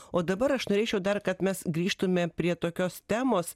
o dabar aš norėčiau dar kad mes grįžtume prie tokios temos